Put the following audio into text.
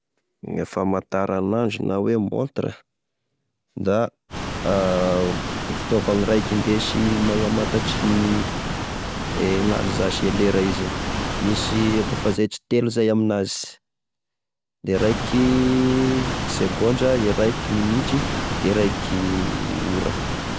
E famataranandro na oe montre: da fitaovany raiky indesy magnamatatry e gn'andro zasy e lera izy io .Misy akô fanzaitry telo zay aminazy da e raiky segondra, e raiky minitry, de raiky ora.